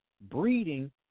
breeding